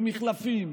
במחלפים,